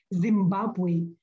Zimbabwe